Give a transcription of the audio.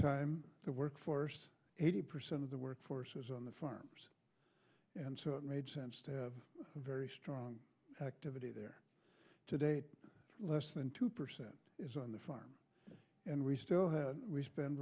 time the workforce eighty percent of the workforce was on the farm and so it made sense to have a very strong activity there today less than two percent is on the farm and re still ha